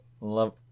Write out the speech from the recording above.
Love